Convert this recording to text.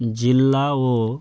ଜିଲ୍ଲା ଓ